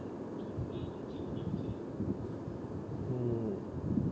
mm